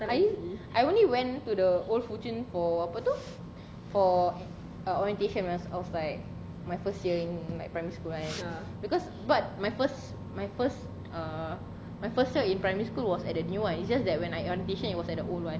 I I only went to the old fuchun for apa tu for uh orientation I was like my first year in my primary school because but my first my first uh my first year in primary school was at the new one it's just that when I orientation it was at the old one